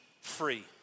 free